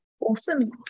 Awesome